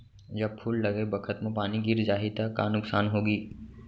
जब फूल लगे बखत म पानी गिर जाही त का नुकसान होगी?